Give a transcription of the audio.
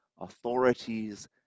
authorities